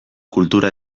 kultura